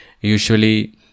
usually